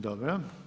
Dobro.